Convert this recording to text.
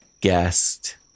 guest